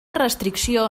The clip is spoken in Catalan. restricció